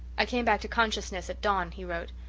i came back to consciousness at dawn, he wrote.